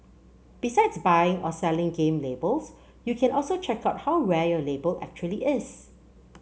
besides buying or selling game labels you can also check out how rare your label actually is